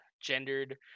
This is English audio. gendered